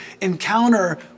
encounter